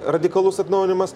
radikalus atnaujinimas